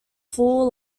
full